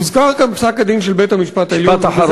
הוזכר כאן פסק-הדין של בית-המשפט העליון,